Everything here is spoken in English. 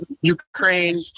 Ukraine